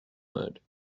mode